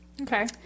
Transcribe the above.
Okay